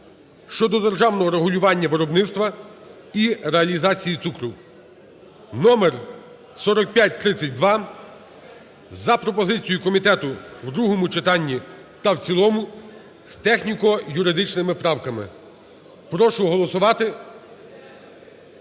щодо державного регулювання виробництва і реалізації цукру (№4532) за пропозицією комітету в другому читанні та в цілому з техніко-юридичними правками. Прошу голосувати...